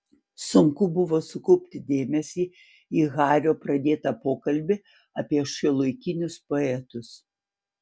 sunku buvo sukaupti dėmesį į hario pradėtą pokalbį apie šiuolaikinius poetus